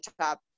top